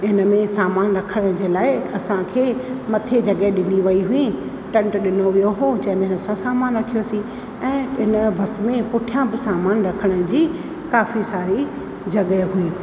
हिन में सामानु रखण जे लाइ असांखे मथे जॻहि ॾिनी वई हुई टंट ॾिनो वियो हो जंहिंमें असां समानु रखियोसीं ऐं इन बसि में पुठियां समानु रखण जी काफ़ी सारी जॻहि हुई